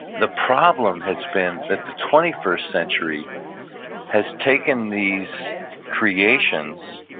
the problem has been that the twenty first century has taken these creations